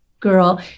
girl